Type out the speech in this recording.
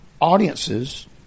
audiences